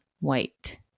white